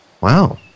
Wow